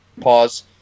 pause